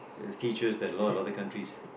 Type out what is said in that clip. features that a lot of other countries